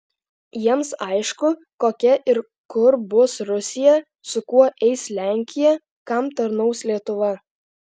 jiems aišku kokia ir kur bus rusija su kuo eis lenkija kam tarnaus lietuva